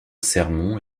sermon